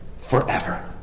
forever